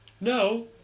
no